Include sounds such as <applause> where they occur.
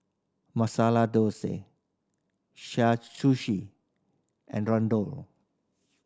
Masala <unintelligible> Sushi and <unintelligible>